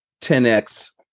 10x